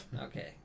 Okay